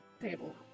table